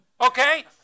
okay